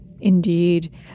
indeed